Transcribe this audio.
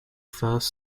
first